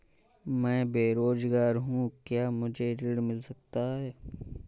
मैं बेरोजगार हूँ क्या मुझे ऋण मिल सकता है?